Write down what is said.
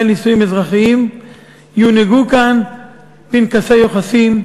נישואים אזרחיים יונהגו כאן פנקסי יוחסין,